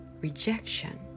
rejection